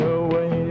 away